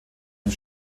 und